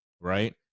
right